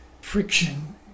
friction